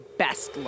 best